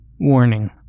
Warning